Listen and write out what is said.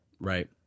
right